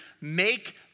Make